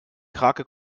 krake